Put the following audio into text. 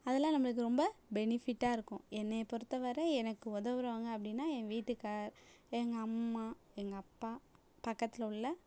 அதலாம் நம்மளுக்கு ரொம்ப பெனிஃபிட்டாக இருக்கும் என்னை பொறுத்த வரை எனக்கு உதவுறவங்க அப்படின்னா என் வீட்டுக்காரர் எங்கள் அம்மா எங்கள் அப்பா பக்கத்தில் உள்ள